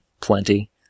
plenty